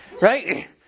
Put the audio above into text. Right